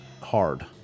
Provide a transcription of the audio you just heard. hard